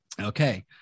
Okay